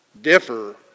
differ